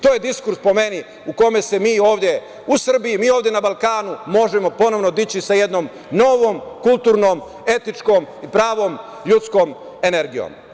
To je diskurs, po meni, u kome se mi ovde u Srbiji, mi ovde na Balkanu, možemo ponovo dići sa jednom novom, kulturnom, etičkom i pravom ljudskom energijom.